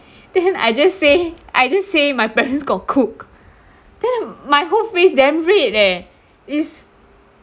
then I just say I just say my parents got cook then my whole face damn red leh it's